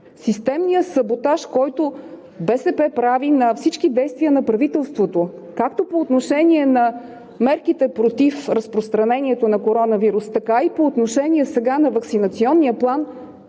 Системният саботаж, който БСП прави на всички действия на правителството както по отношение на мерките против разпространението на коронавирус, така и по отношение сега на Ваксинационния план,